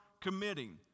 committing